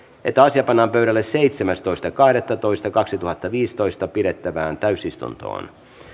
että asia pannaan pöydälle seitsemästoista kahdettatoista kaksituhattaviisitoista pidettävään täysistuntoon